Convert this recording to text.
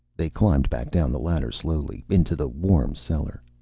they climbed back down the ladder slowly, into the warm cellar.